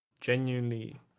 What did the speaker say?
genuinely